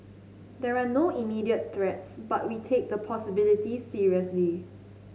there are no immediate threats but we take the possibility seriously